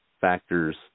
factors